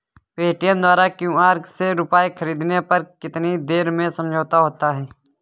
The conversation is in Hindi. पेटीएम द्वारा क्यू.आर से रूपए ख़रीदने पर कितनी देर में समझौता होता है?